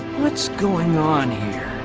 what's going on here